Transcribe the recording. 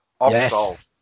Yes